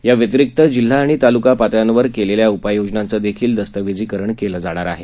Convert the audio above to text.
या व्यतिरिक्त जिल्हा आणि तालुका पातळ्यांवर केलेल्या उपाययोजनांचं देखील दस्तवेजीकरण केलं जाणार आहे